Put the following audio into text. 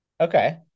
Okay